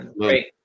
Great